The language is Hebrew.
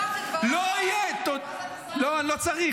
קח --- לא, אני לא צריך.